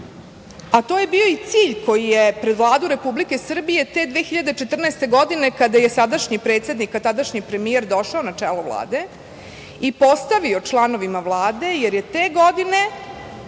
To je bio i cilj koji je pred Vladu Republike Srbije te 2014. godine, kada je sadašnji predsednik, a tadašnji premijer došao na čelo Vlade i postavio članovima Vlade, jer je te godine